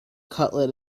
cutlet